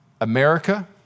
America